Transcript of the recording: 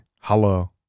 hello